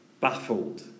baffled